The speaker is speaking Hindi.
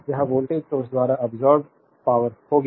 तो यह वोल्टेज सोर्स द्वारा अब्सोर्बेद पावरहोगी